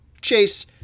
Chase